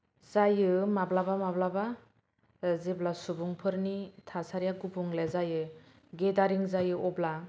जायो माब्लाबा माब्लाबा जेब्ला सुबुंफोरनि थासारिया गुबुंले जायो गेदारिं जायो अब्ला